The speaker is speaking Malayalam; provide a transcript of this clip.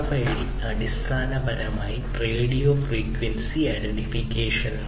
RFID അടിസ്ഥാനപരമായി റേഡിയോ ഫ്രീക്വൻസി ഐഡന്റിഫിക്കേഷനാണ്